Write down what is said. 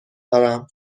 دارم